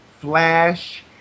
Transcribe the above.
flash